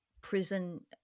prison